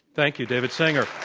thank you. david sanger.